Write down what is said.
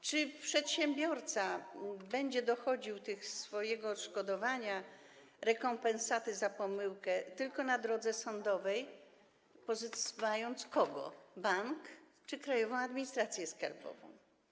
Czy przedsiębiorca będzie dochodził odszkodowania, rekompensaty za pomyłkę tylko na drodze sądowej, pozywając kogo - bank czy Krajową Administrację Skarbową?